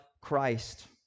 Christ